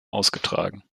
ausgetragen